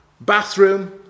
bathroom